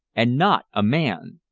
and not a man!